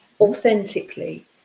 authentically